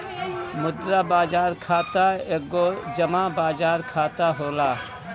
मुद्रा बाजार खाता एगो जमा बाजार खाता होला